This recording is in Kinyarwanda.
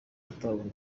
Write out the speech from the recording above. atabona